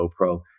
GoPro